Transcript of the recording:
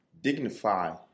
dignify